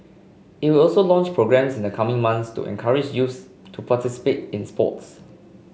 it will also launch programmes in the coming months to encourage youth to participate in sports